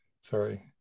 Sorry